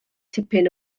tipyn